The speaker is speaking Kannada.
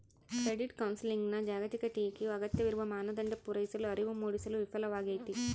ಕ್ರೆಡಿಟ್ ಕೌನ್ಸೆಲಿಂಗ್ನ ಜಾಗತಿಕ ಟೀಕೆಯು ಅಗತ್ಯವಿರುವ ಮಾನದಂಡ ಪೂರೈಸಲು ಅರಿವು ಮೂಡಿಸಲು ವಿಫಲವಾಗೈತಿ